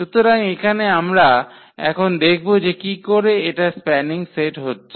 সুতরাং এখানে আমরা এখন দেখব যে কি করে এটা স্প্যানিং সেট হচ্ছে